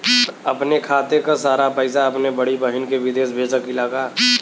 अपने खाते क सारा पैसा अपने बड़ी बहिन के विदेश भेज सकीला का?